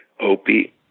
Opie